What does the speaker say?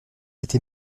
été